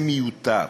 זה מיותר,